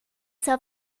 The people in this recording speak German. zur